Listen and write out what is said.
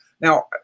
Now